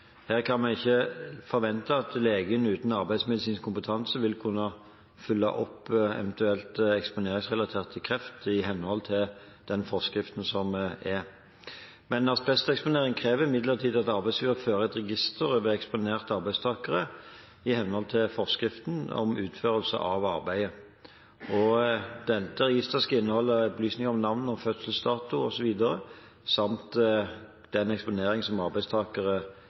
Her kan vi ikke forvente at legen uten arbeidsmedisinsk kompetanse vil kunne følge opp eventuelt eksponeringsrelatert kreft i henhold til forskriften som er. Asbesteksponering krever imidlertid at arbeidsgiver fører et register over eksponerte arbeidstakere, i henhold til forskriften om utførelsen av arbeid. Dette registeret skal inneholde opplysninger om navn, fødselsdato osv. samt den eksponering arbeidstakere